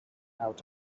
out